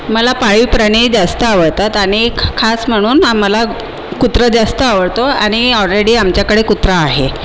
मला पाळीव प्राणी जास्त आवडतात आणि खास म्हणून आम्हाला कुत्रा जास्त आवडतो आणि ऑलरेडी आमच्याकडे कुत्रा आहे